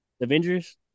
Avengers